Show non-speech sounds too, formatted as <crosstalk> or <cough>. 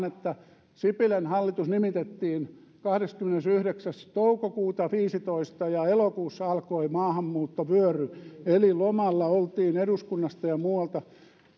<unintelligible> että sipilän hallitus nimitettiin kahdeskymmenesyhdeksäs toukokuuta kaksituhattaviisitoista ja elokuussa alkoi maahanmuuttovyöry eli lomalla oltiin eduskunnasta ja muualta